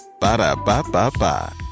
Ba-da-ba-ba-ba